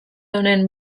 honen